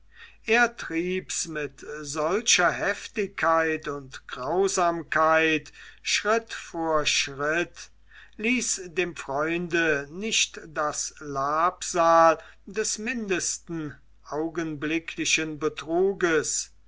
er trieb's mit solcher heftigkeit und grausamkeit schritt vor schritt ließ dem freunde nicht das labsal des mindesten augenblicklichen betruges